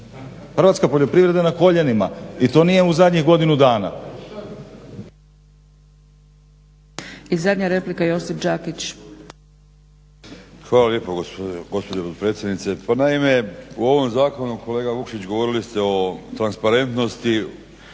Hrvatska poljoprivreda je na koljenima i to nije u zadnjih godinu dana.